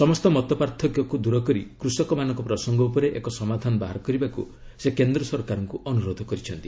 ସମସ୍ତ ମତପାର୍ଥକ୍ୟକୁ ଦୂର କରି କୃଷକମାନଙ୍କ ପ୍ରସଙ୍ଗ ଉପରେ ଏକ ସମାଧାନ ବାହାର କରିବାକୁ ସେ କେନ୍ଦ୍ର ସରକାରଙ୍କୁ ଅନୁରୋଧ କରିଛନ୍ତି